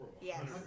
Yes